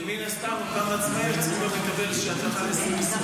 כי מן הסתם אותם עצמאים צריכים גם לקבל איזושהי הטבה ל-2024.